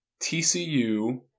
TCU